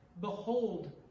Behold